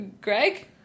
Greg